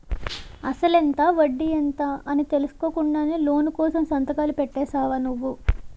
అసలెంత? వడ్డీ ఎంత? అని తెలుసుకోకుండానే లోను కోసం సంతకాలు పెట్టేశావా నువ్వు?